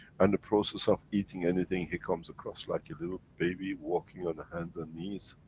and the process of eating anything, he comes across like you do ah baby walking on the hands and knees.